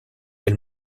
elle